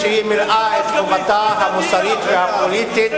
שהיא מילאה את חובתה המוסרית והפוליטית,